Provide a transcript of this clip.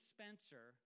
Spencer